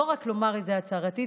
לא רק לומר את זה הצהרתית,